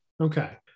Okay